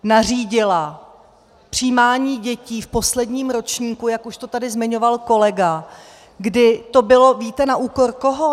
Nařídila přijímání dětí v posledním ročníku, jak už to tady zmiňoval kolega kdy to bylo, víte na úkor koho?